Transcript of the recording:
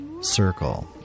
Circle